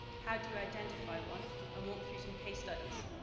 how do you identify one? and walk through some case studies.